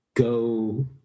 Go